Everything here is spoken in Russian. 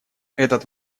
этот